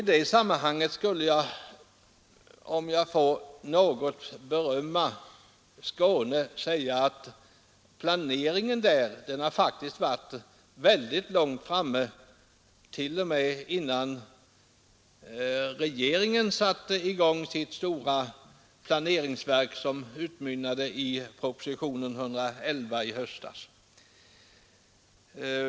I det sammanhanget skulle jag, om jag får något berömma Skåne, vilja säga att planeringen där faktiskt har varit väldigt långt framme, t.o.m. innan regeringen satte i gång sitt stora planeringsverk, som utmynnade i propositionen 111i höstas.